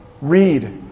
read